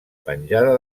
penjada